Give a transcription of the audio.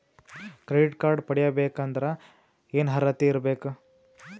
Credit card ಪಡಿಬೇಕಂದರ ಏನ ಅರ್ಹತಿ ಇರಬೇಕು?